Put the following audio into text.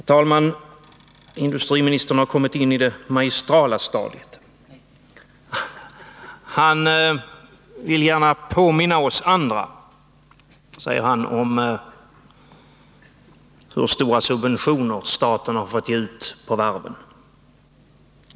Herr talman! Industriministern har kommit in i det magistrala stadiet. Han vill gärna påminna oss andra, säger han, om hur stora subventioner staten har fått ge ut på varven.